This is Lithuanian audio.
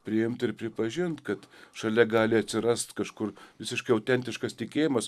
priimt ir pripažint kad šalia gali atsirast kažkur visiškai autentiškas tikėjimas